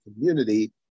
community